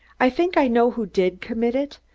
i think i know who did commit it,